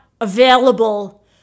available